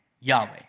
Yahweh